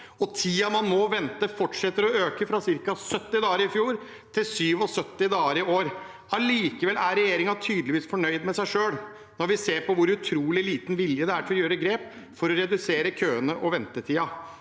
tiden man må vente, fortsetter å øke – fra ca. 70 dager i fjor til 77 dager i år. Allikevel er regjeringen tydeligvis fornøyd med seg selv, når vi ser på hvor utrolig liten vilje det er til å gjøre grep for å redusere køene og ventetiden.